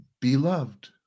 Beloved